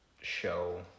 show